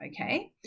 okay